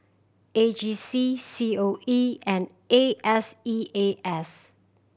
A G C C O E and I S E A S